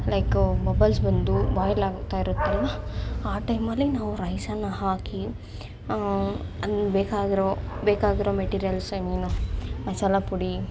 like bubbles ಬಂದು boil ಆಗ್ತಾ ಇರುತ್ತಲ್ವ ಆ ಟೈಮಲ್ಲಿ ನಾವು ರೈಸನ್ನು ಹಾಕಿ ಹಂಗೆ ಬೇಕಾಗಿರೋ ಬೇಕಾಗಿರೊ ಮೆಟೀರಿಯಲ್ಸ್ ಏನು ಏನು ಮಸಾಲ ಪುಡಿ